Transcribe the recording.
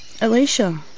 Alicia